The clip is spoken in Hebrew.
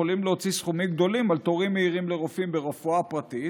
יכולים להוציא סכומים גדולים על תורים מהירים לרופאים ברפואה פרטית,